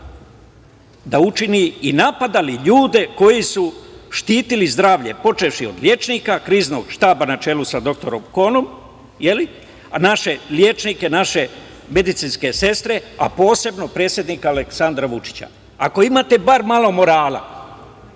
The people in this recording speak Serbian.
da učini i napadali ljude koji su štitili zdravlje, počevši od lekara, Kriznog štaba, na čelu sa dr Konom, a naše lekare, naše medicinske sestre, a posebno predsednika Aleksandra Vučića? Ako imate bar malo morala,